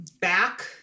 back